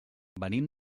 venim